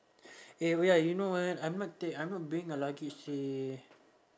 eh wait ah you know ah I'm not take I'm not bringing a luggage eh